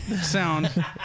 sound